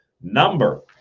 number